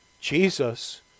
Jesus